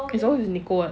you always with nicole